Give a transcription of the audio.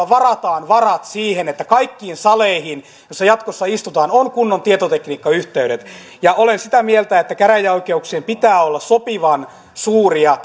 varataan varat siihen että kaikkiin saleihin joissa jatkossa istutaan on kunnon tietotekniikkayhteydet ja olen sitä mieltä että käräjäoikeuksien pitää olla sopivan suuria